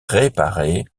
réparé